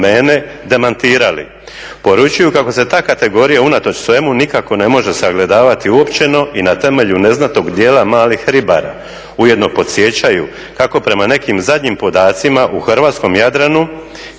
domene demantirali. Poručuju kako se ta kategorija unatoč svemu nikako ne može sagledavati uopćeno i na temelju neznatnog dijela malih ribara. Ujedno podsjećaju kako prema nekim zadnjim podacima u hrvatskom Jadranu